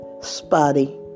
spotty